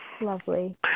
Lovely